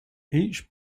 each